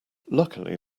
luckily